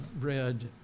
read